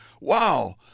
wow